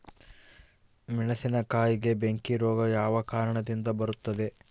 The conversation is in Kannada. ಮೆಣಸಿನಕಾಯಿಗೆ ಬೆಂಕಿ ರೋಗ ಯಾವ ಕಾರಣದಿಂದ ಬರುತ್ತದೆ?